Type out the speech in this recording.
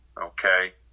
Okay